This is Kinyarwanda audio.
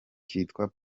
kitwa